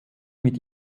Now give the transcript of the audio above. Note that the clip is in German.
mit